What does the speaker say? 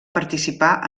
participà